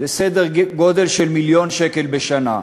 זה סדר גודל של מיליון שקל בשנה.